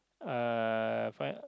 uh find